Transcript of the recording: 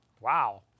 Wow